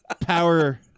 power